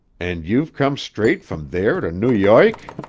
and you've come straight from there to new york?